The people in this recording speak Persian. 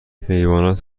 حیوانات